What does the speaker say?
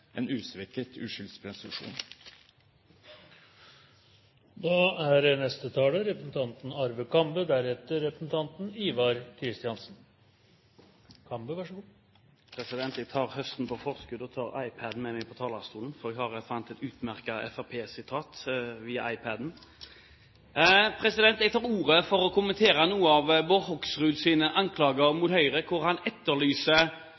en usvekket uskyldspresumsjon. Jeg tar høsten på forskudd og tar iPad-en med meg på talerstolen, for jeg fant et utmerket FrP-sitat via iPad-en. Jeg tok ordet for å kommentere noen av Bård Hoksruds anklager